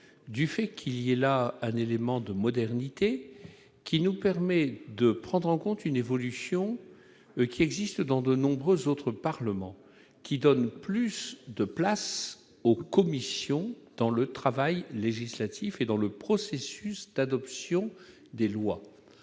du fait qu'il est là, année les moments de modernité qui nous permet de prendre en compte une évolution qui existe dans de nombreux autres parlements qui donne plus de place aux commissions dans le travail législatif et dans le processus d'adoption des lois,